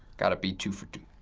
gotta be two for two.